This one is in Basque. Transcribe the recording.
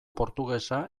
portugesa